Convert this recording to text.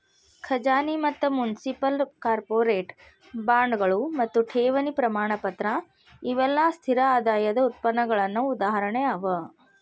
ಖಜಾನಿ ಮತ್ತ municipal, corporate ಬಾಂಡ್ಗಳು ಮತ್ತು ಠೇವಣಿ ಪ್ರಮಾಣಪತ್ರ ಇವೆಲ್ಲಾ ಸ್ಥಿರ ಆದಾಯದ್ ಉತ್ಪನ್ನಗಳ ಉದಾಹರಣೆ ಅವ